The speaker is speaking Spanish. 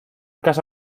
caso